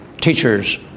Teachers